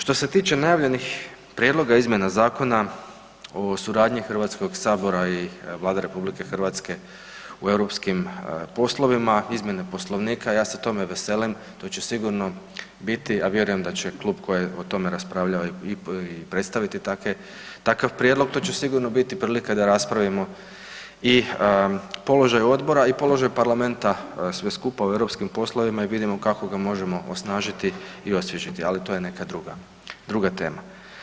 Što se tiče najavljenih prijedloga izmjena Zakona o suradnji Hrvatskog sabora i Vlade RH u europskim poslovima, izmjene Poslovnika, ja se tome veselim, to će sigurno biti, a vjerujem da će klub koji je o tome raspravljao i predstaviti takav prijedlog, to će sigurno biti prilika da raspravimo i položaj odbora i položaj parlamenta sve skupa u europskim poslovima i vidimo kako ga možemo osnažiti i osvježiti ali to je neka druga tema.